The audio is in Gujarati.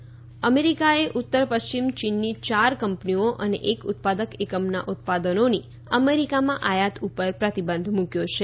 અમેરિકા ચીન અમેરિકાએ ઉત્તર પશ્ચિમ ચીનની ચાર કંપનીઓ અને એક ઉત્પાદક એકમના ઉત્પાદનોની અમેરિકામાં આયાત ઉપર પ્રતિબંધ મૂક્યો છે